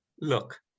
look